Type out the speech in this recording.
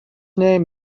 name